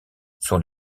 sont